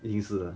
一定输的